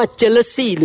Jealousy